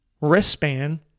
wristband